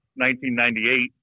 1998